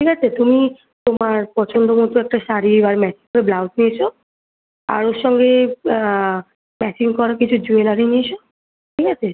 ঠিক আছে তুমি তোমার পছন্দমতো একটা শাড়ি আর ম্যাচিং করে ব্লাউজ নিয়ে এসো আর ওর সঙ্গে ম্যাচিং করা কিছু জুয়েলারি নিয়ে এসো ঠিক আছে